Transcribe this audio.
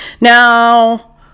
Now